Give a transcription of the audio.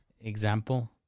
example